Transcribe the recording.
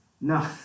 No